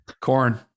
Corn